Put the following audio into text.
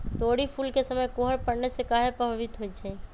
तोरी फुल के समय कोहर पड़ने से काहे पभवित होई छई?